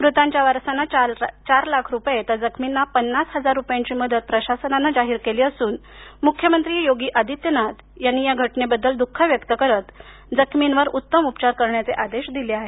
मृतांच्या वरसांना चार लाख रुपये तर जखमींना पन्नास हजार रुपयांची मदत प्रशासनानं जाहीर केली असून मुख्यमंत्री योगी आदित्यनाथ या घटनेबद्दल द्ख व्यक्त करत जखमीवर उत्तम उपचार करण्याचे आदेश दिले आहेत